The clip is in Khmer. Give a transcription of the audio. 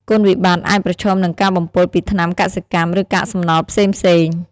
គុណវិបត្តិ អាចប្រឈមនឹងការបំពុលពីថ្នាំកសិកម្ម ឬកាកសំណល់ផ្សេងៗ។